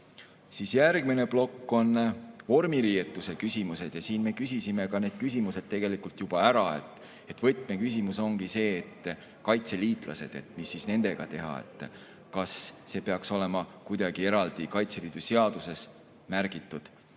Järgmine plokk on vormiriietuse küsimused. Siin me küsisime need küsimused tegelikult juba ära. Võtmeküsimus ongi kaitseliitlased, et mis siis nendega teha. Kas see peaks olema kuidagi eraldi Kaitseliidu seaduses märgitud,